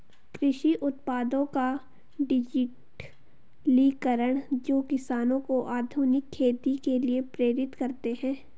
कृषि उत्पादों का डिजिटलीकरण जो किसानों को आधुनिक खेती के लिए प्रेरित करते है